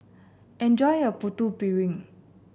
enjoy your Putu Piring